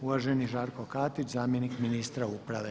Uvaženi Žarko Katić, zamjenik ministra uprave.